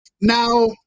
Now